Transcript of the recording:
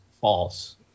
false